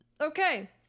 Okay